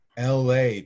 LA